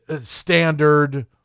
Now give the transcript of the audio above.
standard